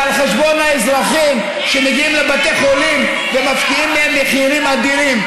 והיא על חשבון האזרחים שמגיעים לבתי חולים ומפקיעים מהם מחירים אדירים.